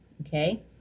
okay